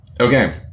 okay